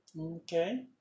Okay